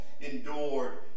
endured